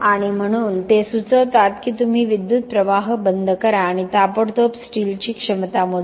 आणि म्हणून ते सुचवतात की तुम्ही विद्युत प्रवाह बंद करा आणि ताबडतोब स्टीलची क्षमता मोजा